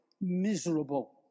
miserable